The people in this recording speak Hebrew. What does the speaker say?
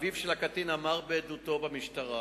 אביו של הקטין אמר בעדותו במשטרה